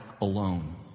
alone